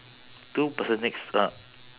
two person next uh